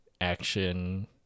action